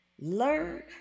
learn